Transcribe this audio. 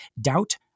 Doubt